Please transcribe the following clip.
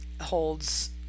holds